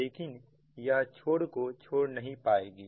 लेकिन यह छोर को छोड़ नहीं पाएगी